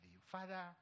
Father